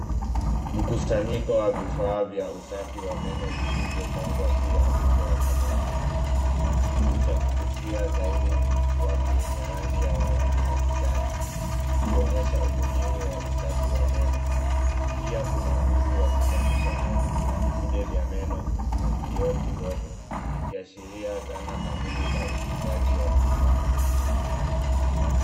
Mkusanyiko wa vifaa vya usafi wa meno vilivyopangwa juu ya uso wa samawati. Kitu cha kuvutia zaidi ni mswaki wenye rangi ya waridi na kijani, ukionyesha umuhimu wa usafi wa meno. Pia kuna uzi wa kusafisha meno, vidude vya meno, na kioo kidogo, vikiashiria zana kamili za utunzaji wa kinywa.